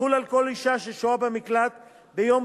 יחול על כל אשה ששוהה במקלט ביום